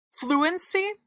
Fluency